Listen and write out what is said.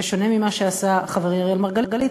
בשונה ממה שעשה חברי אראל מרגלית,